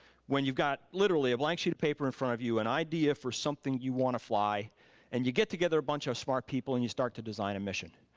when you've got literally a blank sheet of paper in front of you, an idea for something you wanna fly and you get together a bunch of smart people and you start to design a mission.